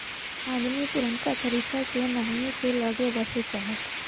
अदमी पुरनका जमाना से नहीए के लग्गे बसे चाहत